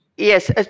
Yes